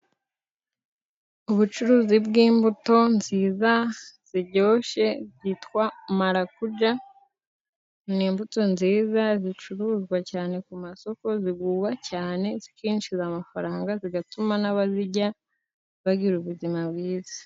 Ubucuruzi bw'imbuto nziza ziryoshye zitwa Marakuja, ni imbuto nziza zicuruzwa cyane ku masoko, zigurwa cyane, zikinjiza amafaranga, bigatuma n'abazirya bagira ubuzima bwiza.